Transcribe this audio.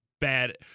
bad –